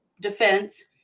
Defense